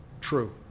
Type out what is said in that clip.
true